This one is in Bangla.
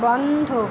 বন্ধ